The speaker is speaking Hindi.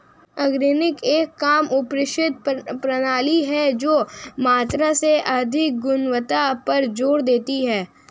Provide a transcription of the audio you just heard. ऑर्गेनिक एक कम अपशिष्ट प्रणाली है जो मात्रा से अधिक गुणवत्ता पर जोर देती है